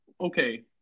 okay